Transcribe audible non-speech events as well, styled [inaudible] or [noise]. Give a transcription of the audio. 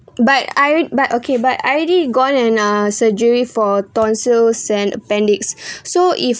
but I rea~ but okay but I already gone an uh surgery for tonsils and appendix [breath] so if